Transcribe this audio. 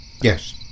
Yes